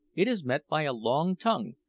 it is met by a long tongue,